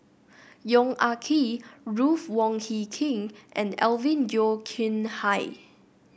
Yong Ah Kee Ruth Wong Hie King and Alvin Yeo Khirn Hai